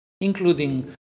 including